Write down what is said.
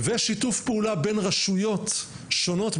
ושיתוף פעולה בין רשויות שונות,